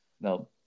now